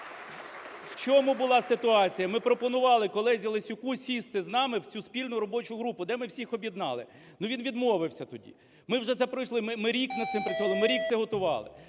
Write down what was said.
В чому була ситуація? Ми пропонували колезі Лесюку сісти з нами в цю спільну робочу групу, де ми всіх об'єднали. Ну, він відмовився тоді. Ми вже це пройшли, ми рік над цим працювали, ми рік це готували.